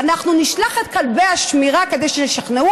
אנחנו נשלח את כלבי השמירה כדי שישכנעו